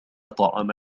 طعام